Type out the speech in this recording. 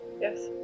Yes